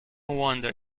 wonder